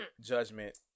judgment